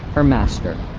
her master.